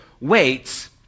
waits